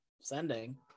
sending